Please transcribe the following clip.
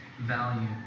value